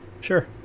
Sure